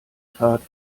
fahrt